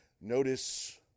notice